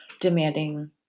demanding